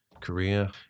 Korea